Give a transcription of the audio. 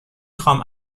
خوام